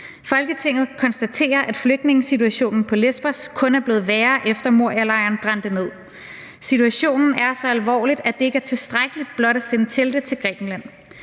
»Folketinget konstaterer, at flygtningesituationen på Lesbos kun er blevet værre, efter Morialejren brændte ned. Situationen er så alvorlig, at det ikke er tilstrækkeligt blot at sende telte til Grækenland.